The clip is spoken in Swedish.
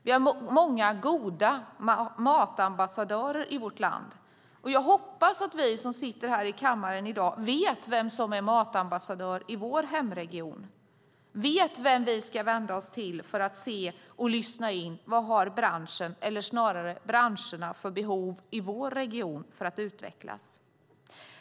Vi har många goda matambassadörer i vårt land, och jag hoppas att vi som sitter här i kammaren i dag vet vem som är matambassadör i vår hemregion och vem vi ska vända oss till för att lyssna in vad branscherna i vår region har för behov för att utvecklas.